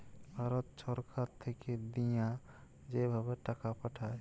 ভারত ছরকার থ্যাইকে দিঁয়া যে ভাবে টাকা পাঠায়